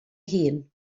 hun